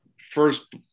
First